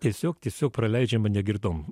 tiesiog tiesiog praleidžiama negirdom